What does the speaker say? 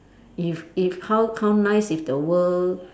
if if how how nice if the world